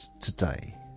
today